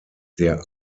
der